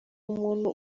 umuntu